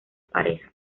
pareja